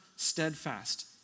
steadfast